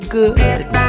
good